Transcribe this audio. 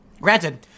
Granted